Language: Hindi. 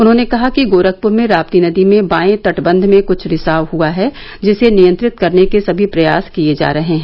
उन्होंने कहा कि गोरखपुर में रापी नदी में बाएं तटबंध में कुछ रिसाव हुआ है जिसे नियंत्रित करने के सभी प्रयास किए जा रहे हैं